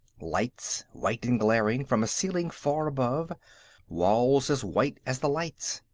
lights, white and glaring, from ceiling far above walls as white as the lights.